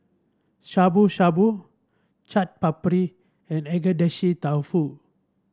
Shabu Shabu Chaat Papri and Agedashi Dofu